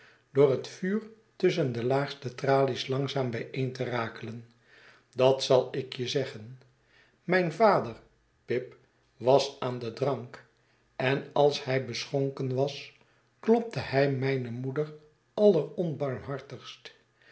door het vuur tusschen de laagste tralies langzaam bij een te rakelen dat zal ik je zeggen mijn vader pip was aan den drank en als hij beschonken was klopte hij mijne moeder